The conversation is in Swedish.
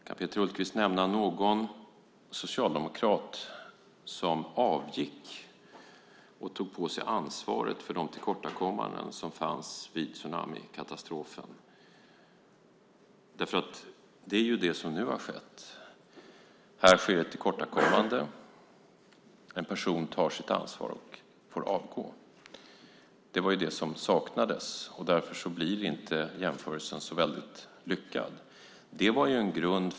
Kan Peter Hultqvist nämna någon socialdemokrat som avgick och tog på sig ansvaret för de tillkortakommanden som fanns vid tsunamikatastrofen? Det är vad som nu har skett. Här sker ett tillkortakommande, och en person tar sitt ansvar och får avgå. Det var vad som saknades. Därför blir inte jämförelsen så väldigt lyckad.